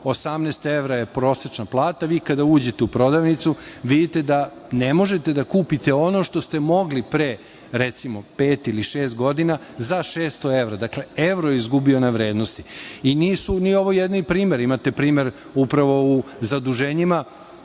818 evra je prosečna plata, vi kada uđete u prodavnicu vidite da ne možete da kupite ono što ste mogli pre, recimo, pet ili šest godina za 600 evra. Dakle, evro je izgubio na vrednosti i nisu ovi jedini primeri. Imate primer upravo u zaduženjima